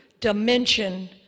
dimension